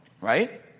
right